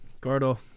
Gordo